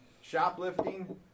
shoplifting